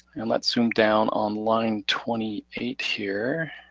and let's zoom down on line twenty eight here.